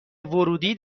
ورودی